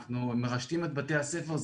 אנחנו מרשתים את בתי הספר.